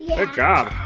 job!